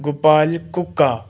Gopal Kukka